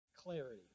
Clarity